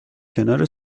کنار